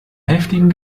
heftigen